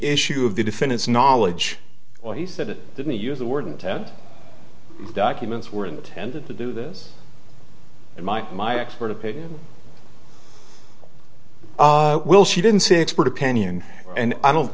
issue of the defendant's knowledge or he said it didn't use the word and ted documents were intended to do this and might my expert opinion will she didn't say expert opinion and i don't